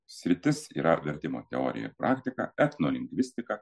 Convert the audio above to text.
sritis yra vertimo teorija ir praktika etnolingvistika